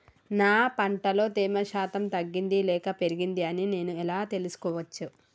నా పంట లో తేమ శాతం తగ్గింది లేక పెరిగింది అని నేను ఎలా తెలుసుకోవచ్చు?